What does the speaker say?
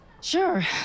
Sure